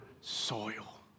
soil